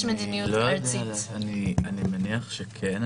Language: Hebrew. אני מניח שכן.